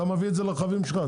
ממילא אתה מביא את זה לרכבים שלך,